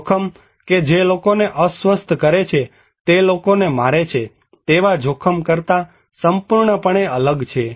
જોખમ કે જે લોકોને અસ્વસ્થ કરે છે તે લોકોને મારે છે તેવા જોખમ કરતા સંપૂર્ણપણે અલગ છે